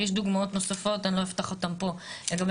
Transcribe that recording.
יש דוגמאות נוספות שאני לא אפתח פה לגבי